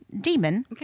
demon